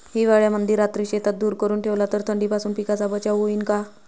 हिवाळ्यामंदी रात्री शेतात धुर करून ठेवला तर थंडीपासून पिकाचा बचाव होईन का?